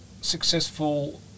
successful